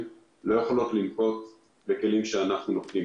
לא יכולות לנקוט בכלים שאנחנו נוקטים.